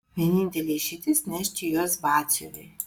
vienintelė išeitis nešti juos batsiuviui